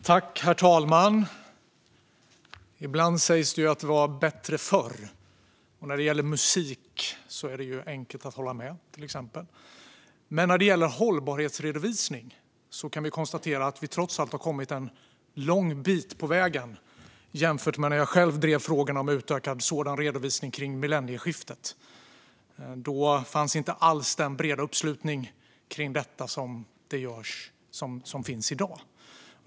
Herr talman! Ibland sägs det att det var bättre förr. När det gäller till exempel musik är det enkelt att hålla med. Men när det gäller hållbarhetsredovisning kan vi konstatera att vi trots allt har kommit en lång bit på vägen jämfört med när jag själv drev frågan om sådan utökad redovisning kring millennieskiftet. Då fanns inte alls den breda uppslutning kring detta som finns i dag.